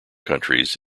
countries